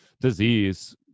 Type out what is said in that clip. disease